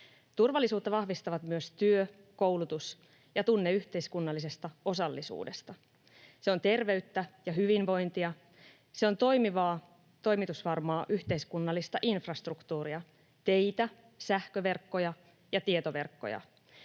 Turvallisuutta vahvistavat myös työ, koulutus ja tunne yhteiskunnallisesta osallisuudesta. Se on terveyttä ja hyvinvointia. Se on toimivaa, toimitusvarmaa yhteiskunnallista infrastruktuuria, teitä, sähköverkkoja ja tietoverkkoja.